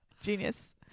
genius